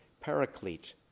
paraclete